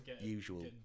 usual